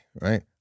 right